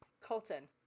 Colton